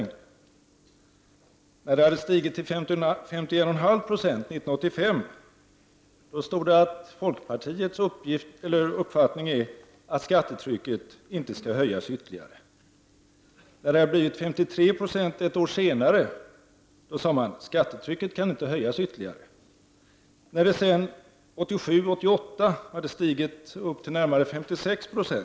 När skattetrycket hade stigit till 51,5 90 år 1985, stod det att läsa att folkpartiets uppfattning var den att skattetrycket inte fick höjas ytterligare. Ett år senare när skattetrycket uppgick till 53 96 sade man: Skattetrycket kan inte höjas ytterligare. År 1987/88 hade skattetrycket stigt till närmare 56 96.